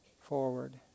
forward